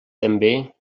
també